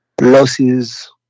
losses